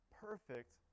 perfect